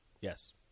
Yes